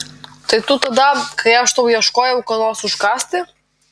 tai tu tada kai aš tau ieškojau ko nors užkąsti